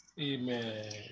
Amen